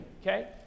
okay